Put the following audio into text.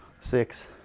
six